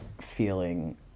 feeling